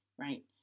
right